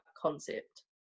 concept